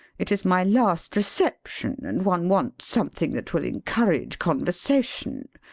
it is my last reception, and one wants something that will encourage conversation,